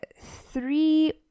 three